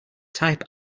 type